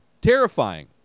terrifying